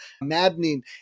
maddening